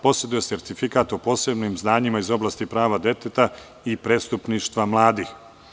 Poseduje sertifikat o posebnim znanjima iz oblasti prava deteta i prestupništva mladih.